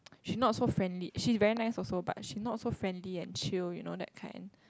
she's not so friendly she's very nice also but she's not so friendly and chill you know that kind